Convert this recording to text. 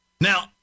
Now